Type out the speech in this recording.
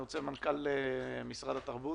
אני אתחיל עם מנכ"ל משרד התרבות,